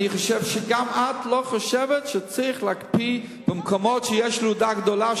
אני חושב שגם את לא חושבת שצריך להקפיא במקומות שיש ילודה גדולה,